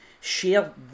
Share